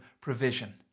provision